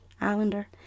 Islander